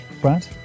Brad